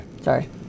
Sorry